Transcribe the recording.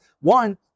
one